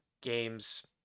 games